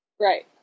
right